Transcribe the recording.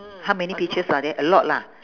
how many peaches are there a lot lah